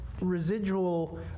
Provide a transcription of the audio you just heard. residual